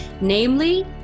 Namely